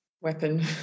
weapon